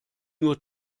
nur